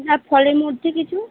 আর ফলের মধ্যে কিছু